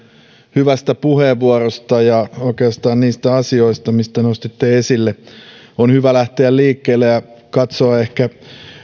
hyvästä puheenvuorosta oikeastaan niistä asioista mitkä nostitte esille on hyvä lähteä liikkeelle ja katsoa ehkä